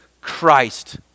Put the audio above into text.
Christ